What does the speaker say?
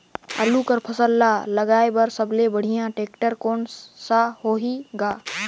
आलू कर फसल ल लगाय बर सबले बढ़िया टेक्टर कोन सा होही ग?